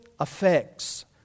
effects